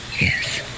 yes